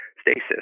stasis